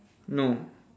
no